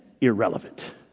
irrelevant